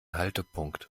haltepunkt